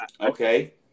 Okay